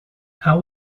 how